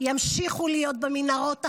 ימשיכו להיות במנהרות החמאס,